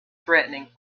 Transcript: threatening